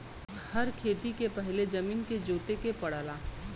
हर खेती के पहिले जमीन के जोते के पड़ला